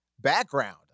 background